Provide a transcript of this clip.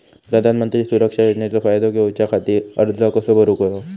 प्रधानमंत्री सुरक्षा योजनेचो फायदो घेऊच्या खाती अर्ज कसो भरुक होयो?